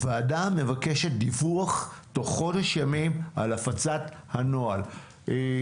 הוועדה מבקשת לקבל תוך חודש ימים דיווח על הפצת נוהל מעודכן.